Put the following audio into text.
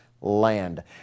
land